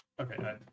Okay